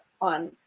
on